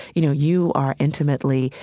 you know, you are intimately,